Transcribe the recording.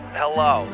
hello